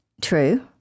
true